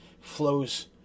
flows